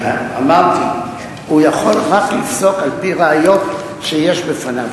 אמרתי: הוא יכול לפסוק רק על-פי ראיות שיש בפניו.